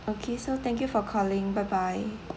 okay so thank you for calling bye bye